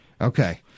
okay